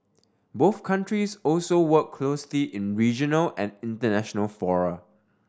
both countries also work closely in regional and international fora